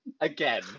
again